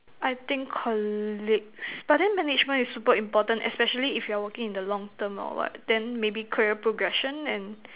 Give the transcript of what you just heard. I think colleagues but then management is super important especially if you are working in the long term or what then maybe career progression and